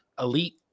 elite